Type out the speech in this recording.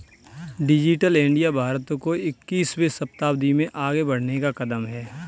digital India Bharat को इक्कीसवें शताब्दी में आगे बढ़ने का कदम है